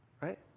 right